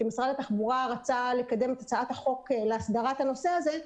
כשמשרד התחבורה רצה לקדם את הצעת החוק להסדרת הנושא הזה,